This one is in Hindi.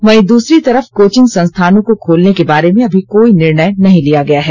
वहीं दूसरी तरफ कोचिंग संस्थानों को खोलने के बारे में अभी कोई निर्णय नहीं लिया गया है